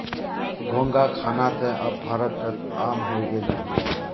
घोंघा खाना त अब भारतत आम हइ गेल छ